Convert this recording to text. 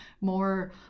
more